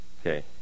Okay